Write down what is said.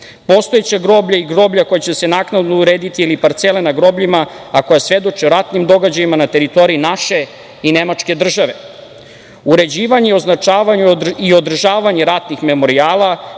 Postojeća groblja i groblja koja će se naknadno urediti ili parcele na grobljima, a koja svedoče o ratnim događajima na teritoriji naše i nemačke države. Uređivanje, označavanje i održavanje ratnih memorijala,